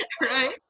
Right